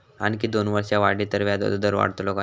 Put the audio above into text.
आणखी दोन वर्षा वाढली तर व्याजाचो दर वाढतलो काय?